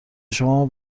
شما